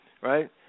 right